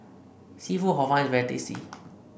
seafood Hor Fun is very tasty